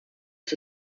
ist